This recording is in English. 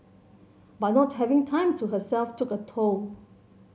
but not having time to herself took a toll